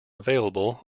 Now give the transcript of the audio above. available